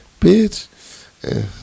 Bitch